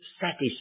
satisfied